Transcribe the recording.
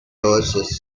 oasis